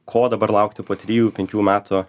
ko dabar laukti po trijų penkių metų